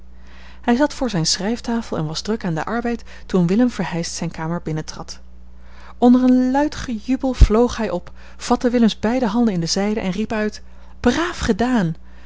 hij zat voor zijne schrijftafel en was druk aan den arbeid toen willem verheyst zijne kamer binnentrad onder een luid gejubel vloog hij op vatte willems beide handen in de zijne en riep uit braaf gedaan